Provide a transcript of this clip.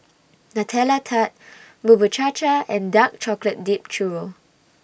Nutella Tart Bubur Cha Cha and Dark Chocolate Dipped Churro